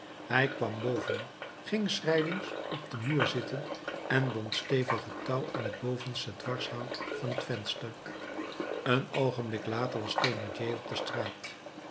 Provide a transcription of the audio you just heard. hij kwam boven ging schrijlings op den muur zitten en bond stevig het touw aan het bovenste dwarshout van het venster een oogenblik later was thénardier op de straat